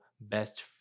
best